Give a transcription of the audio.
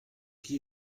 qui